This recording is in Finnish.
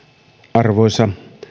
arvoisa